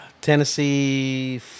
Tennessee